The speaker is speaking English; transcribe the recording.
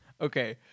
Okay